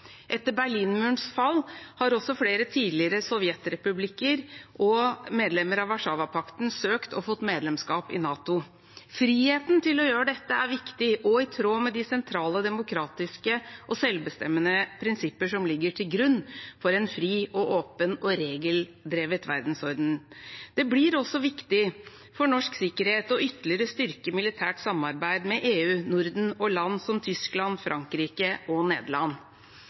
Etter Berlinmurens fall har også flere tidligere sovjetrepublikker og tidligere medlemmer av Warszawapakten søkt og fått medlemskap i NATO. Friheten til å gjøre dette er viktig og i tråd med de sentrale demokratiske og selvbestemmende prinsipper som ligger til grunn for en fri, åpen og regeldrevet verdensorden. Det blir også viktig for norsk sikkerhet å ytterligere styrke militært samarbeid med EU, Norden og land som Tyskland, Frankrike og Nederland.